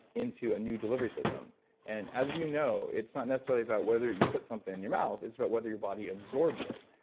into a new delivery system and as you know, it's not necessarily about whether you put something in your mouth, it's about whether your body absorbs it,